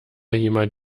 jemand